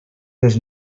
les